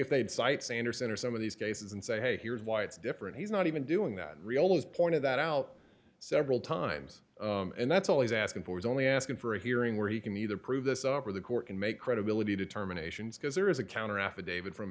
if they'd cite sanderson or some of these cases and say hey here's why it's different he's not even doing that real is pointed that out several times and that's all he's asking for is only asking for a hearing where he can either prove this offer the court can make credibility determinations because there is a counter affidavit from